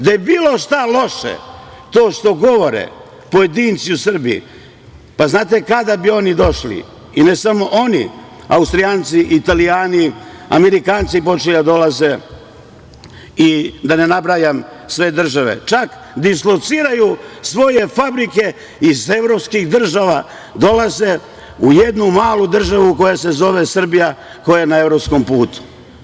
Da je bilo šta loše, to što govore pojedinci u Srbiji, pa, znate kada bi oni došli i ne samo oni, Austrijanci, Italijani, Amerikanci počeli da dolaze i da ne nabrajam sve države, čak dislociraju svoje fabrike iz evropskih država, dolaze u jednu malu državu koja se zove Srbija, koja je na evropskom putu.